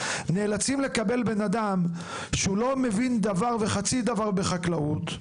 נאלצים לקבל בן אדם שלא מבין דבר וחצי דבר בחקלאות,